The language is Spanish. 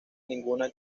ninguna